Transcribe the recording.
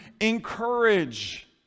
encourage